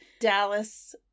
Dallas